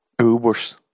Uber's